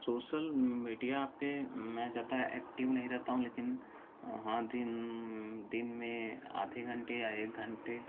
social media पर मैं ज़्यादा ऐक्टिव नहीं रहता हूँ लेकिन हाँ दिन दिन में आधे घंटे या एक घंटे